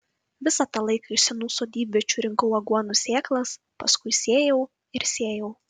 visą tą laiką iš senų sodybviečių rinkau aguonų sėklas paskui sėjau ir sėjau